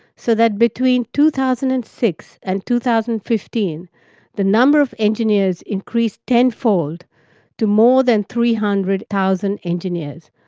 so that between two thousand and six and two thousand and fifteen the number of engineers increased ten fold to more than three hundred thousand engineers,